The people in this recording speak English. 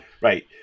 Right